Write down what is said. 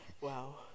Wow